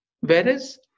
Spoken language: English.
whereas